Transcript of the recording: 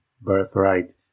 birthright